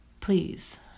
Please